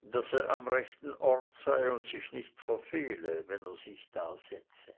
daß er am rechten orte sei und sich nicht verfehle wenn er sich da setze